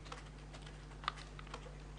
להם,